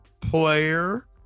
player